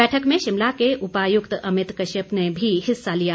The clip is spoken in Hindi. बैठक में शिमला के उपायुकत अमित कश्यप ने भी हिस्सा लिया